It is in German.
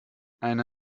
eine